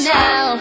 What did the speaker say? now